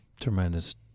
tremendous